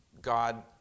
God